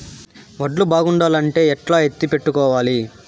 వడ్లు బాగుండాలంటే ఎట్లా ఎత్తిపెట్టుకోవాలి?